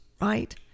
right